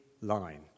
line